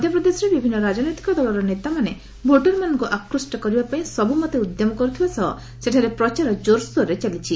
ମଧ୍ୟପ୍ରଦେଶରେ ବିଭିନ୍ନ ରାଜନୈତିକ ଦଳର ନେତାମାନେ ଭୋଟର୍ମାନଙ୍କ ଆକୃଷ୍ କରିବାପାଇଁ ସବୁମତେ ଉଦ୍ୟମ କରୁଥିବା ସହ ସେଠାରେ ପ୍ରଚାର ଜୋର୍ସୋର୍ରେ ଚାଲିଛି